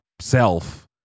self